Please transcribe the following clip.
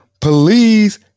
Please